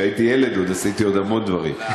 וכשהייתי ילד עשיתי עוד המון דברים.